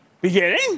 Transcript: Beginning